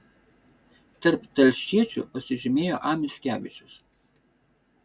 tarp telšiečių pasižymėjo a mickevičius